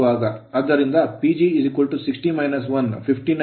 ಆದ್ದರಿಂದ PG 60 - 1 59 KW ಮತ್ತು slip slip 0